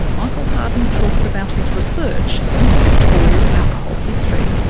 michael harden talks about his research into victoria's alcohol history.